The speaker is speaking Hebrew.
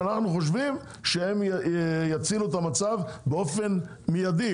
שאנחנו חושבים שהם יצילו את המצב באופן מיידי,